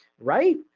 right